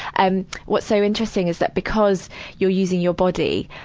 and what's so interesting is that, because you're using your body,